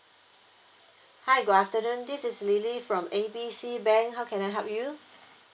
hi good afternoon this is lily from A B C bank how can I help you